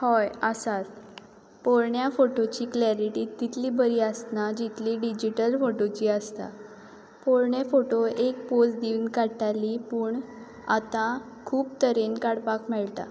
हय आसात पोरण्या फोटोंची क्लेरिटी तितली बरी आसना जितली डिजिटल फोटोची आसता पोरणे फोटो एक पोझ दिवन काडटालीं पूण आतां खूब तरेन काडपाक मेळटा